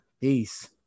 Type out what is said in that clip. Peace